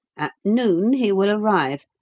at noon he will arrive,